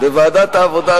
בוועדת העבודה,